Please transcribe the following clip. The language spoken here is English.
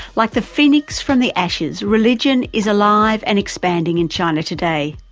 like the phoenix from the ashes, religion is alive and expanding in china today.